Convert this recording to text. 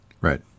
right